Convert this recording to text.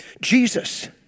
Jesus